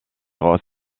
ross